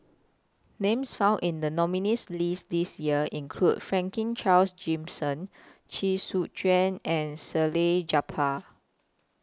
Names found in The nominees' list This Year include Franklin Charles Gimson Chee Soon Juan and Salleh Japar